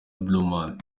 blauman